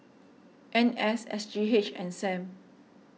N S S G H and Sam